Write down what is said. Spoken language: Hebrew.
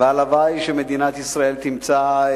והלוואי שמדינת ישראל תמצא,